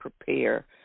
prepare